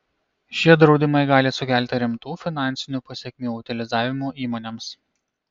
šie draudimai gali sukelti rimtų finansinių pasekmių utilizavimo įmonėms